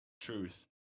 Truth